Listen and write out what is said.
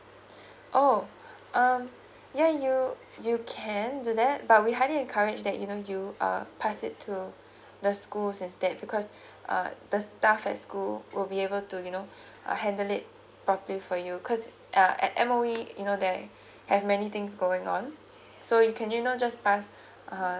oh um ya you you can do that but we highly encourage that you know you uh pass it to the schools instead because uh the staff at school will be able to you know uh handle it properly for you cause uh at M_O_E you know there has many things going on so you can you continue uh